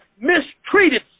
mistreated